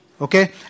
Okay